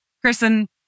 Kristen